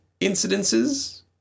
incidences